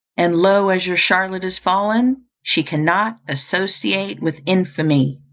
and low as your charlotte is fallen, she cannot associate with infamy.